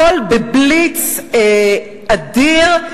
הכול בבליץ אדיר,